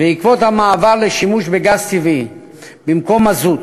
בעקבות המעבר לשימוש בגז טבעי במקום מזוט,